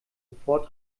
sofort